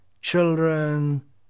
children